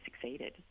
succeeded